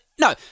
no